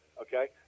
Okay